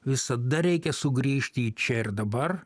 visada reikia sugrįžti į čia ir dabar